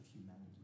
humanity